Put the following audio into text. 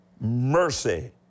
mercy